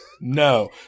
no